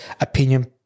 opinion